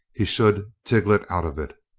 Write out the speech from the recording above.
he should tiglit out of it.